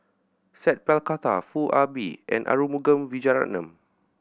Sat Pal Khattar Foo Ah Bee and Arumugam Vijiaratnam